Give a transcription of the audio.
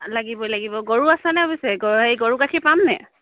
লাগিবই লাগিব গৰু আছেনে পিছে এই গৰু গাখীৰ পামনে